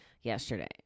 yesterday